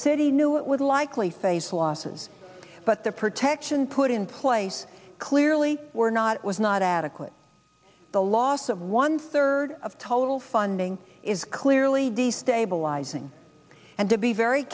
city knew it would likely face losses but the protection put in place clearly were not was not adequate the loss of one third of total funding is clearly destabilizing and to be very